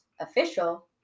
official